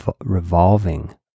revolving